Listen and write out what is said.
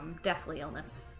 deathly illness